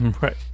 right